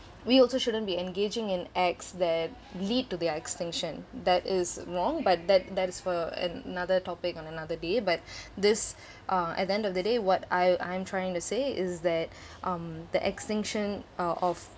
we also shouldn't be engaging in acts that lead to their extinction that is wrong but that that is for another topic on another day but this uh at the end of the day what I I'm trying to say is that um the extinction uh of